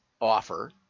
offer